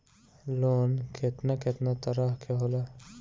Loan केतना केतना तरह के होला?